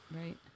right